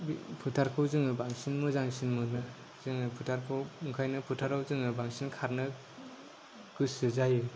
फोथारखौ जोङो बांसिन मोजांसिन मोनो जोङो फोथारखौ ओंखायनो फोथाराव जोङो बांसिन खारनो गोसो जायो